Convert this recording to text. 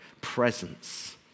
presence